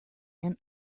and